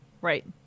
Right